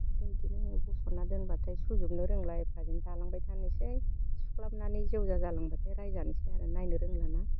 ओमफाय इदिनो बस'ना दोनब्लाथाय सुजोबनो रोंला एफादिनै दालांबाय थानोसै सुख्लाबनानै जेवजा जालांबाथाय रायजानोसै आरो नायनो रोंलाना